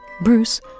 Bruce